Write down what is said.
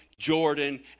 jordan